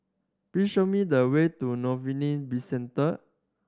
please show me the way to Bizcenter